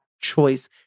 choice